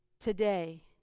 Today